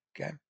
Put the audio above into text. Okay